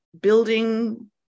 building